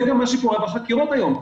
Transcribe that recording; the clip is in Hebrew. זה גם מה שקורה בחקירות היום.